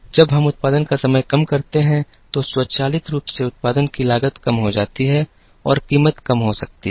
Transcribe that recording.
जब हम उत्पादन का समय कम करते हैं तो स्वचालित रूप से उत्पादन की लागत कम हो जाती है और कीमत कम हो सकती है